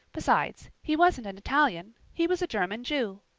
besides, he wasn't an italian he was a german jew.